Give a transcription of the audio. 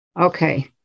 Okay